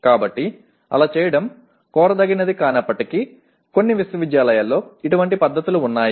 కాబట్టి అలా చేయడం కోరదగినది కానప్పటికీ కొన్ని విశ్వవిద్యాలయాలలో ఇటువంటి పద్ధతులు ఉన్నాయి